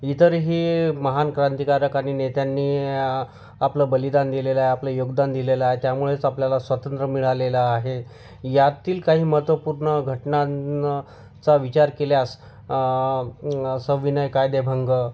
इतरही महान क्रांतिकारक आणि नेत्यांनी आपलं बलिदान दिलेलं आहे आपलं योगदान दिलेलं आहे त्यामुळेच आपल्याला स्वातंत्र्य मिळालेलं आहे यातील काही महत्त्वपूर्ण घटनान् चा विचार केल्यास सविनय कायदेभंग